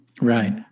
Right